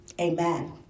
Amen